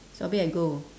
sobri I go